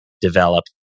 develop